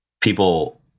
people